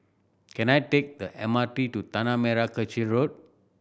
can I take the M R T to Tanah Merah Kechil Road